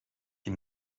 die